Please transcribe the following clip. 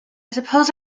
suppose